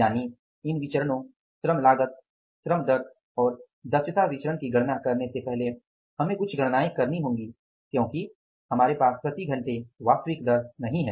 यानि इन विचरणो श्रम लागत श्रम दर और दक्षता विचरण की गणना करने से पहले हमें कुछ गणनाएँ करनी होंगी क्योंकि हमारे पास प्रति घंटे वास्तविक दर नहीं है